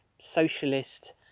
socialist